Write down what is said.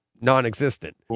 non-existent